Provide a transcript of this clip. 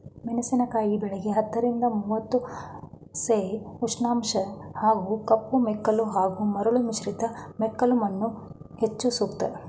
ಮೆಣಸಿನಕಾಯಿ ಬೆಳೆಗೆ ಹತ್ತರಿಂದ ಮೂವತ್ತು ಸೆ ಉಷ್ಣಾಂಶ ಹಾಗೂ ಕಪ್ಪುಮೆಕ್ಕಲು ಹಾಗೂ ಮರಳು ಮಿಶ್ರಿತ ಮೆಕ್ಕಲುಮಣ್ಣು ಹೆಚ್ಚು ಸೂಕ್ತ